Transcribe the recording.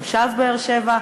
תושב באר-שבע,